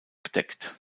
bedeckt